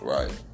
Right